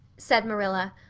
said marilla,